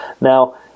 Now